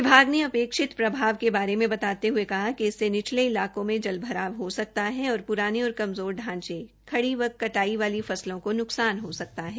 विभाग ने अपेक्षित प्रभाव के बारे मे बताते हये कहा कि निचले इलाकों में जलभराव हो सकता है और प्राने और कमज़ोर ढांचे खड़ी व कटाई वाली फसलों को न्कसान हो सकता है